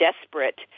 desperate